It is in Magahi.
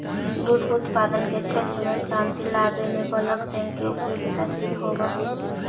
दुध उत्पादन के क्षेत्र में क्रांति लावे में बल्क टैंक के उपयोगिता सिद्ध होवऽ हई